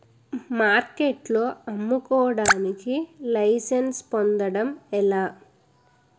మార్కెట్లో అమ్ముకోడానికి లైసెన్స్ పొందడం ఎలా?